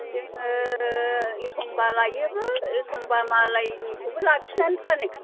जोङो एखमबा लायोबो एखमबा मालायनिखौबो लाखिनानै फानो